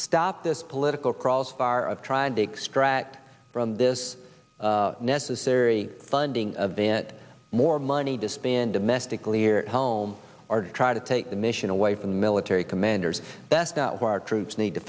stop this political crossbar of trying to extract from this necessary funding of it more money to spend domestically here at home or to try to take the nation away from the military commanders best out where our troops need to